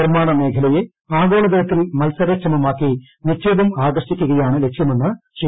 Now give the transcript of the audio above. നിർമ്മാണ മേഖലയെ ആഗോളതലത്തിൽ മത്സരക്ഷമമാക്കി നിക്ഷേപം ആകർഷിക്കുകയാണ് ലക്ഷ്യമെന്ന് ശ്രീ